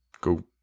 go